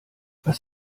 was